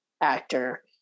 actor